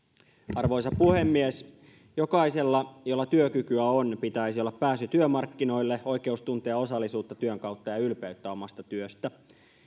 arvoisa puhemies jokaisella jolla työkykyä on pitäisi olla pääsy työmarkkinoille oikeus tuntea osallisuutta työn kautta ja ylpeyttä omasta työstään